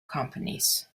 companies